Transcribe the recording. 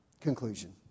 Conclusion